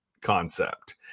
concept